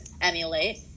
emulate